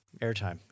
Airtime